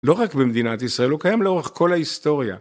לא רק במדינת ישראל, הוא קיים לאורך כל ההיסטוריה.